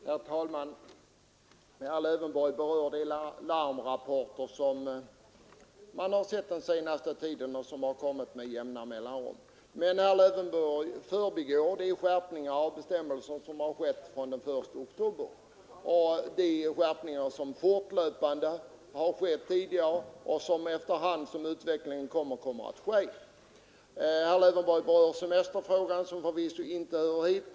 Herr talman! Herr Lövenborg berör de larmrapporter som vi har fått den senaste tiden med jämna mellanrum. Men herr Lövenborg förbigår de skärpningar av bestämmelserna som har skett från den 1 oktober, de skärpningar som fortlöpande har skett tidigare och de som kommer att ske efter hand i takt med utvecklingen. Herr Lövenborg berör semesterfrågan, som förvisso inte hör hit.